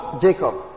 Jacob